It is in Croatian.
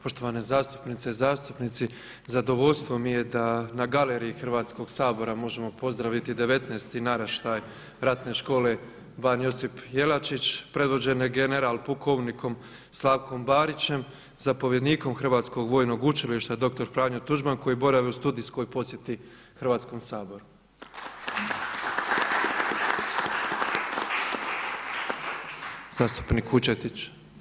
Poštovane zastupnice i zastupnici, zadovoljstvo mi je da na galeriji Hrvatskog sabora možemo pozdraviti devetnaesti naraštaj Ratne škole ban Josip Jelačić predvođene general pukovnikom Slavkom Barićem, zapovjednikom Hrvatskog vojnog učilišta dr. Franjo Tuđman koji borave u studijskoj posjeti Hrvatskom saboru. … Zastupnik Vučetić.